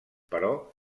però